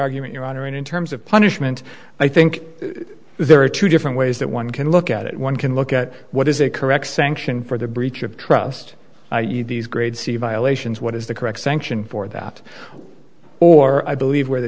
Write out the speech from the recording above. argument your honor and in terms of punishment i think there are two different ways that one can look at it one can look at what is a correct sanction for the breach of trust i e these grade c violations what is the correct sanction for that or i believe where the